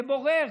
כבורר,